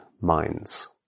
minds